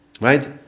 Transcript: Right